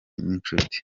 n’inshuti